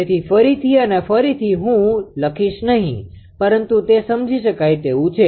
તેથી ફરીથી અને ફરીથી હું લખીશ નહિ પરંતુ તે સમજી શકાય તેવું છે